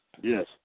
Yes